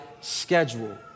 schedule